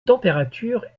température